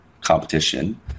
competition